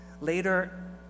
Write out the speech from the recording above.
Later